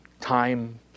time